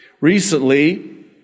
Recently